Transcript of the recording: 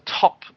top